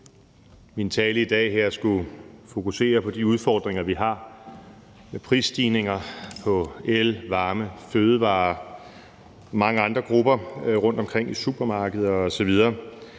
min tale i dag her skulle fokusere på de udfordringer, vi har med prisstigninger på el, varme, fødevarer, mange andre varegrupper rundtomkring i supermarkeder osv.,